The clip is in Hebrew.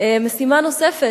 משימה נוספת,